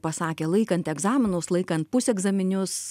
pasakė laikant egzaminus laikant pusegzaminius